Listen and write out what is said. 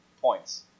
points